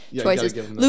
choices